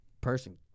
person